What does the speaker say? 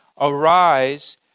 Arise